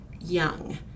young